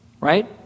Right